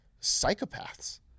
Psychopaths